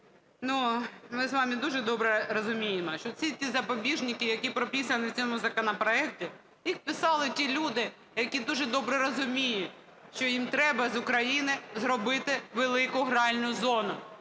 Ми з вами дуже добре розуміємо, що всі ці запобіжники, які прописані у цьому законопроекті, їх писали ті люди, які дуже добре розуміють, що їм треба з України зробити велику гральну зону.